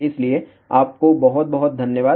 इसलिए आपको बहुत बहुत धन्यवाद